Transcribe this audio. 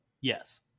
Yes